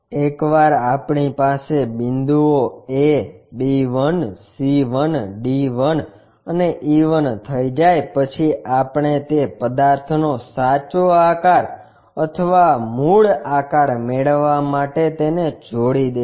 એકવાર આપણી પાસે આ બિંદુઓ a b 1 c 1 d 1 અને e 1 થઈ જાય પછી આપણે તે પદાર્થનો સાચો આકાર અથવા મૂળ આકાર મેળવવા માટે તેને જોડી દેશું